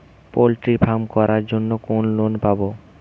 Poultry farm করার জন্য কোন লোন পাব?